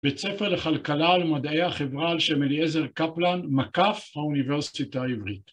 בית ספר לכלכלה ולמדעי החברה על שם אליעזר קפלן, מקף האוניברסיטה העברית.